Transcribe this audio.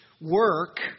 work